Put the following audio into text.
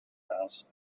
house